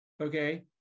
okay